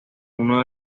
uno